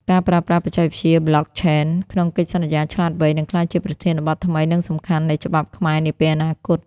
ការប្រើប្រាស់បច្ចេកវិទ្យា Blockchain ក្នុងកិច្ចសន្យាឆ្លាតវៃ នឹងក្លាយជាប្រធានបទថ្មី និងសំខាន់នៃច្បាប់ខ្មែរនាពេលអនាគត។